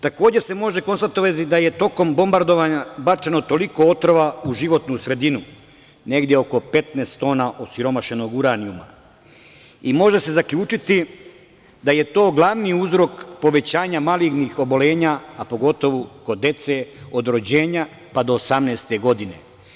Takođe se može konstatovati da je tokom bombardovanja bačeno toliko otrova u životnu sredinu, negde oko 15 tona osiromašenog uranijuma i može se zaključiti da je to glavni uzrok povećanja malignih oboljenja, a pogotovo kod dece od rođenja pa do 18. godine.